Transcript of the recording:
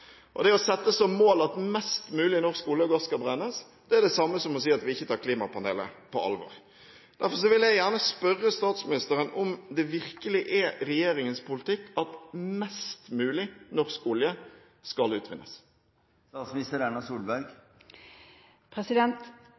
Det å sette som mål at mest mulig norsk olje og gass skal brennes, er det samme som å si at vi ikke tar klimapanelet på alvor. Derfor vil jeg gjerne spørre statsministeren om det virkelig er regjeringens politikk at mest mulig norsk olje skal